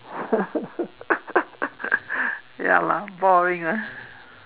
ya lah boring lah